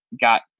got